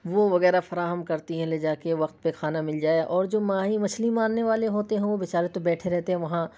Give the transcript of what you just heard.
وہ وغیرہ فراہم کرتی ہیں لے جا کے وقت پہ کھانا مل جائے اور جو ماہی مچھلی مارنے والے ہوتے ہیں وہ بچارے تو بیٹھے رہتے ہیں وہاں